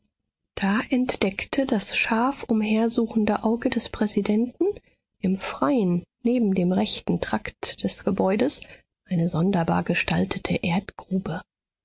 da entdeckte das scharf umhersuchende auge des präsidenten im freien neben dem rechten trakt des gebäudes eine sonderbar gestaltete